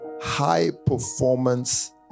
high-performance